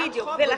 אני